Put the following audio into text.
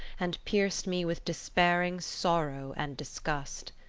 and pierced me with despairing sorrow and disgust.